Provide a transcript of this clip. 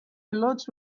lot